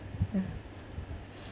yeah